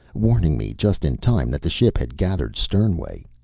warning me just in time that the ship had gathered sternaway.